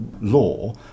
law